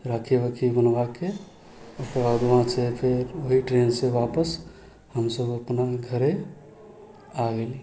राखी उखी बनहबाके ओकर बाद वहाँसँ फेर वएह ट्रेनसँ वापस हमसब अपना घरे आ गेली